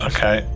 Okay